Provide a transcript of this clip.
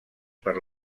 per